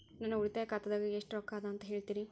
ನನ್ನ ಉಳಿತಾಯ ಖಾತಾದಾಗ ಎಷ್ಟ ರೊಕ್ಕ ಅದ ಅಂತ ಹೇಳ್ತೇರಿ?